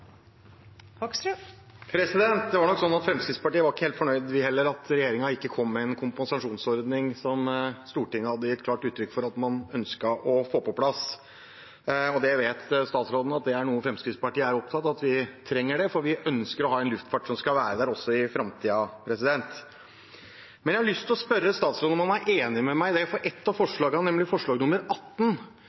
Det var nok sånn at heller ikke vi i Fremskrittspartiet var helt fornøyd med at regjeringen ikke kom med en kompensasjonsordning som Stortinget hadde gitt klart uttrykk for at man ønsket å få på plass. Statsråden vet at det er noe Fremskrittspartiet er opptatt av at vi trenger, for vi ønsker å ha en luftfart som skal være der også i framtiden. Men jeg har lyst til å spørre statsråden om han er enig med meg i det som gjelder et av forslagene, nemlig forslag nr. 18,